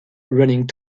running